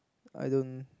I don't